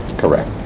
correct.